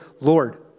Lord